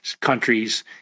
countries